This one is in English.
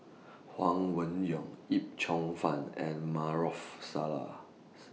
Huang Wenhong Yip Cheong Fun and Maarof Salleh's